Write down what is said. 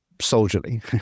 soldierly